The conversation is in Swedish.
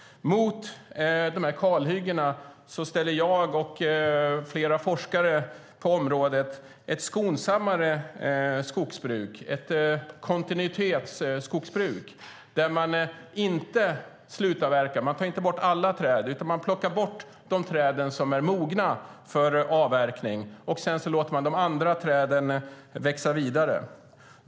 Mot kalhyggena ställer jag och flera forskare på området ett skonsammare skogsbruk, ett kontinuitetsskogsbruk där man inte slutavverkar. Man tar inte bort alla träd, utan man plockar bort de träd som är mogna för avverkning och låter de andra träden växa vidare.